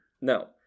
No